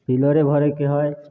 पिलरे भरैके हइ